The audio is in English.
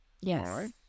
Yes